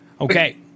okay